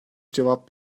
cevap